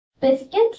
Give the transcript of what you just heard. biscuits